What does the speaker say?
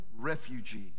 refugees